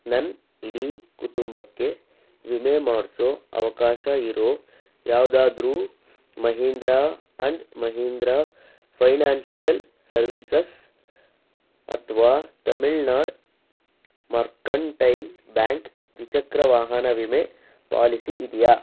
ನನ್ನ ಇಡೀ ಕುಟುಂಬಕ್ಕೆ ವಿಮೆ ಮಾಡಿಸೋ ಅವಕಾಶ ಇರೋ ಯಾವುದಾದ್ರು Mahindra and Mahindra financial services ಅಥ್ವಾ ತಮಿಳ್ನಾಡು ಮರ್ಕಂಟೈಲ್ ಬ್ಯಾಂಕ್ ದ್ವಿಚಕ್ರ ವಾಹನ ವಿಮೆ ಪಾಲಿಸಿ ಇದೆಯಾ